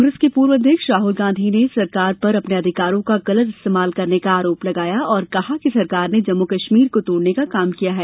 कांग्रेस के पूर्व अध्यक्ष राहुल गांधी ने सरकार पर अपने अधिकारों का गलत इस्तेमाल करने का आरोप लगाया है और कहा है कि सरकार ने जम्मू कश्मीर को तोड़ने का काम किया है